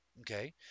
Okay